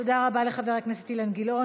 תודה רבה לחבר הכנסת אילן גילאון.